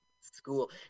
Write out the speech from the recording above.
school